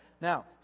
Now